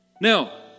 Now